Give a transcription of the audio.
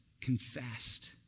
confessed